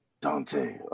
Dante